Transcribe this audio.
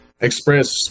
express